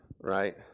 right